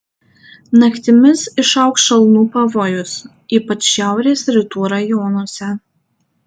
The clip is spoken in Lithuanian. naktimis išaugs šalnų pavojus ypač šiaurės rytų rajonuose